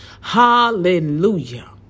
Hallelujah